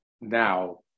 now